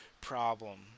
problem